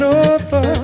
over